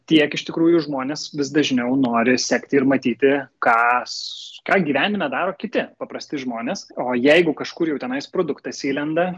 tiek iš tikrųjų žmonės vis dažniau nori sekti ir matyti kas ką gyvenime daro kiti paprasti žmonės o jeigu kažkur jau tenais produktas įlenda